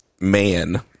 man